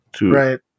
Right